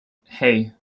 hey